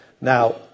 Now